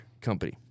company